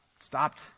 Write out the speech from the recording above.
stopped